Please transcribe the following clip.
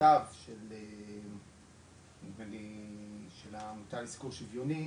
במכתב של נדמה לי של העמותה לסיקור שוויוני,